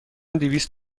دویست